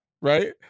Right